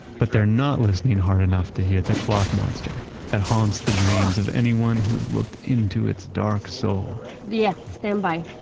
but they're not listening hard enough to hit the clock monster that haunts the dreams of anyone who has looked into its dark soul yes. standby.